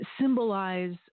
symbolize